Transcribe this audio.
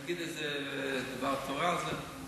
תגיד איזה דבר תורה על זה.